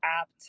app